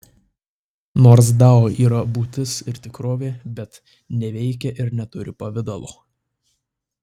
nors dao yra būtis ir tikrovė bet neveikia ir neturi pavidalo